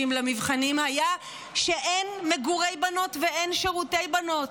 למבחנים היה שאין מגורי בנות ואין שירותי בנות.